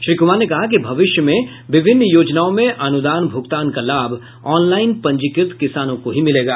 श्री कुमार ने कहा कि भविष्य में विभिन्न योजनाओं में अनुदान भुगतान का लाभ ऑनलाईन पंजीकृत किसानों को ही मिलेगा